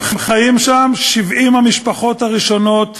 הם חיים שם, 70 המשפחות הראשונות,